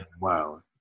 Wow